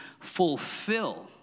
fulfill